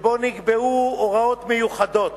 שבו נקבעו הוראות מיוחדות